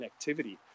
connectivity